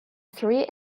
three